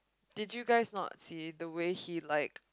did you guys not see the way he like